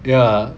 ya